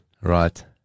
Right